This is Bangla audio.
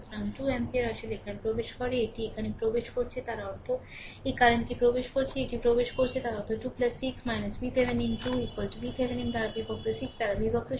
সুতরাং 2 অ্যাম্পিয়ার আসলে এখানে প্রবেশ করে এটি এখানে প্রবেশ করছে তার অর্থ এই কারেন্ট টি প্রবেশ করছে এটি প্রবেশ করছে তার অর্থ 2 16 VThevenin 2 VThevenin দ্বারা বিভক্ত 6 দ্বারা বিভক্ত